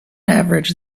average